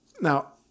Now